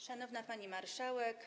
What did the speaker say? Szanowna Pani Marszałek!